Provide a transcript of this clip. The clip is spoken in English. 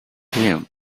him